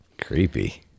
Creepy